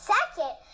Second